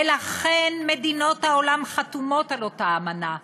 ולכן מדינות חתומות על אותה אמנה.